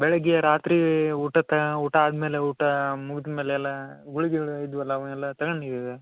ಬೆಳಗ್ಗೆ ರಾತ್ರಿ ಉಟತ್ ಊಟ ಆದ್ಮೇಲೆ ಊಟ ಮುಗ್ದ ಮೇಲೆ ಎಲ್ಲ ಗುಳ್ಗಿಗಳು ಇದ್ವಲ್ಲಾ ಅವನ್ನೆಲ್ಲ ತಗೊಂಡಿದ್ದೀರಾ